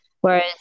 Whereas